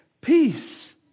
peace